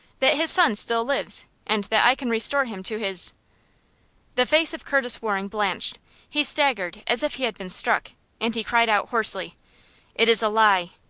that his son still lives and that i can restore him to his the face of curtis waring blanched he staggered as if he had been struck and he cried out, hoarsely it is a lie!